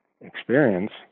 experience